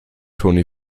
toni